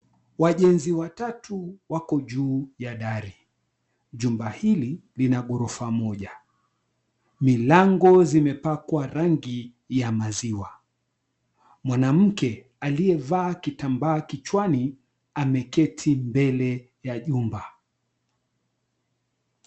Wajenzi watatu wako juu ya dari. Jumba hili lina ghorofa moja , milango zimepakwa rangi ya maziwa. Mwanamke aliyevaa kitamba kichwani ameketi mbele ya jumba.